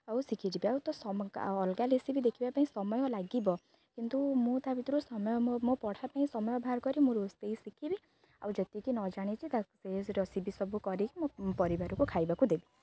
ଆଉ ଶିଖିଯିବି ଆଉ ତ ଅଲଗା ରେସିପି ଦେଖିବା ପାଇଁ ସମୟ ଲାଗିବ କିନ୍ତୁ ମୁଁ ତା ଭିତରୁ ସମୟ ମୋ ପଢ଼ିବା ପାଇଁ ସମୟ ବାହାର କରି ମୁଁ ରୋଷେଇ ଶିଖିବି ଆଉ ଯେତିକି ନ ଜାଣିଛି ତା ସେ ରେସିପି ସବୁ କରିକି ମୋ ପରିବାରକୁ ଖାଇବାକୁ ଦେବି